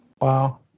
wow